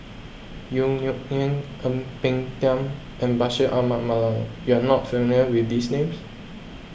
Yong Nyuk Lin Ang Peng Tiam and Bashir Ahmad Mallal you are not familiar with these names